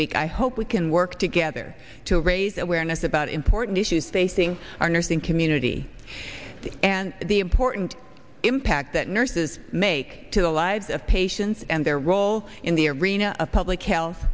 week i hope we can work together to raise awareness about important issues facing our nursing community and the important impact that nurses make to the lives of patients and their role in the arena of public health